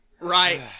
Right